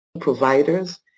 providers